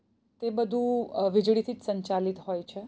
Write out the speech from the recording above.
તે બધું વીજળીથી જ સંચાલિત હોય છે